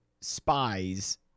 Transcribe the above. spies